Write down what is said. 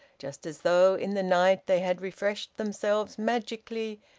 just as though in the night they had refreshed themselves magically,